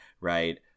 right